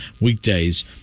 weekdays